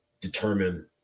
determine